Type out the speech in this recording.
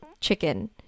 chicken